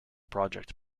project